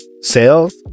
sales